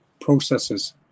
processes